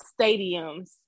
stadiums